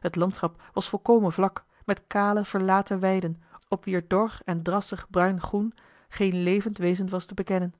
het landschap was volkomen vlak met kale verlaten weiden op wier dor en drassig bruingroen geen levend wezen was te bekennen